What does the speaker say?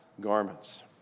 garments